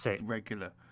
regular